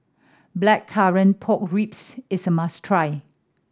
Blackcurrant Pork Ribs is a must try